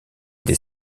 des